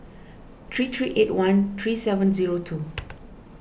three three eight one three seven zero two